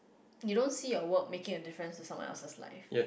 you don't see your work making a difference to someone else's life